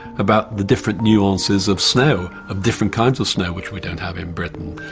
about the different nuances of snow, of different kinds of snow which we don't have in britain.